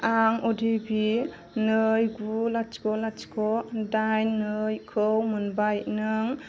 आं O T P नै गु लाथिख' लाथिख' दाइन नैखौ मोनबाय नों